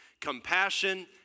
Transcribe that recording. compassion